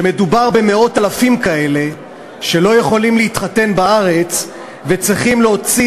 כשמדובר במאות-אלפים כאלה שלא יכולים להתחתן בארץ וצריכים להוציא